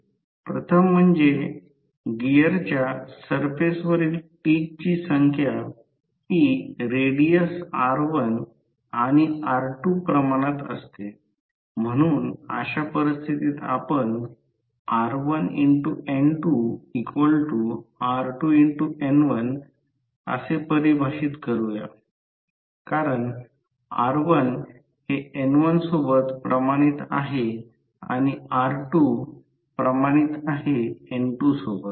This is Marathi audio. प्रथम म्हणजे गिअरच्या सरफेस वरील टीथ ची संख्या हि रेडियस r1 आणि r2 प्रमाणात असते म्हणून अशा परिस्थितीत आपण r1N2r2N1 असे परिभाषित करू कारण r1 हे N1 सोबत प्रमाणित आहे आणि r2 प्रमाणित आहे N2 सोबत